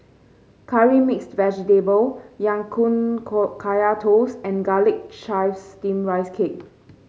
Curry Mixed Vegetable Ya Kun Kaya Toast and Garlic Chives Steamed Rice Cake